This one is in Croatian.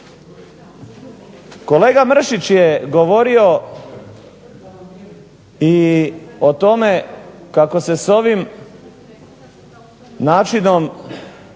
Kolega Mršić je govorio i o tome kako se s ovim načinom,